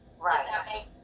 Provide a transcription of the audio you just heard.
Right